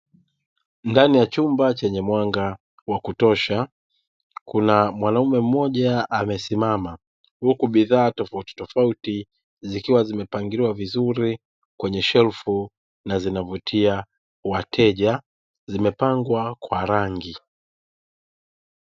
Ndani ya chumba chenye mwanga wa kutosha kuna mwanaume mmoja amesimama, huku bidhaa tofautitofauti zikiwa zimepangiliwa vizuri kwenye shelfu zikiwa zinavutia wateja, zimepangwa kwa rangi.